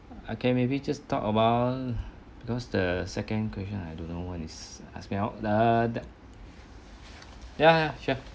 okay maybe just talk about those the second question I don't know what is ask me err ya sure